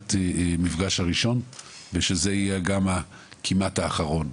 נקודת המפגש הראשון ושזה יהיה גם כמעט האחרון,